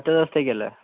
ഒറ്റ ദിവസത്തേക്കല്ലേ